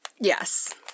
Yes